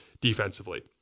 defensively